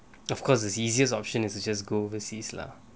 of course it's easiest option is to just go overseas lah